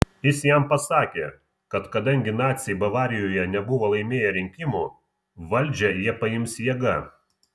jis jam pasakė kad kadangi naciai bavarijoje nebuvo laimėję rinkimų valdžią jie paims jėga